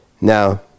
now